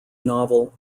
novel